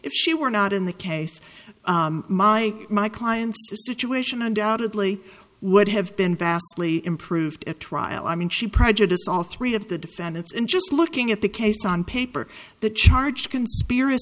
if she were not in the case my my client's situation undoubtedly would have been vastly improved at trial i mean she prejudice all three of the defendants and just looking at the case on paper the charge c